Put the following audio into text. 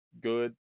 good